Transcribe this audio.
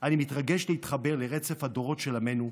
אני מתרגש להתחבר לרצף הדורות של עמנו.